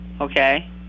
Okay